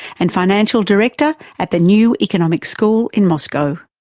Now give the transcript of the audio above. and financial director at the new economic school in moscow.